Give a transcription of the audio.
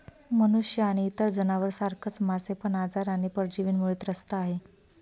मनुष्य आणि इतर जनावर सारखच मासे पण आजार आणि परजीवींमुळे त्रस्त आहे